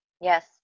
Yes